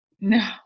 no